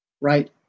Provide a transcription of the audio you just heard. right